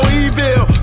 evil